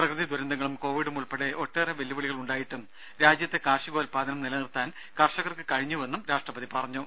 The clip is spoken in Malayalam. പ്രകൃതി ദുരന്തങ്ങളും കോവിഡും ഉൾപ്പെടെ ഒട്ടേറെ വെല്ലുവിളികൾ ഉണ്ടായിട്ടും രാജ്യത്തെ കാർഷികോൽപ്പാദനം നിലനിർത്താൻ കർഷകർക്ക് കഴിഞ്ഞുവെന്ന് രാഷ്ട്രപതി പറഞ്ഞു